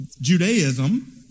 Judaism